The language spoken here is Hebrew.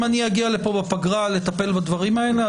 אם אני אגיע לפה בפגרה לטפל בדברים האלה,